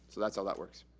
that's how that works.